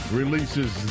releases